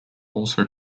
also